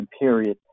period